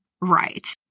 right